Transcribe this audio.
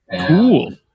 Cool